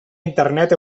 internet